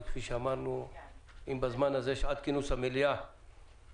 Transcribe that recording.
ואם עד שעת כינוס המליאה